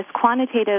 quantitative